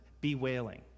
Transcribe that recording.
bewailing